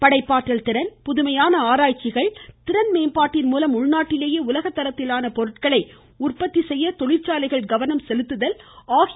படைப்பாற்றல் திறன் புதுமையான ஆராய்ச்சிகள் திறன்மேம்பாட்டின் மூலம் உள்நாட்டிலேயே உலகத்தரத்திலான பொருட்களை உற்பத்தி செய்ய தொழிற்சாலைகள் கவனம் செலுத்த வேண்டும் என்றார்